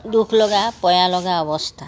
দুখ লগা পয়া লগা অৱস্থা